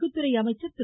குத்துறை அமைச்சர் திரு